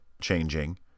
changing